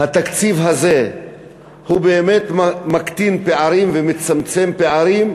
התקציב הזה מקטין פערים או מצמצם פערים,